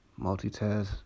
Multitask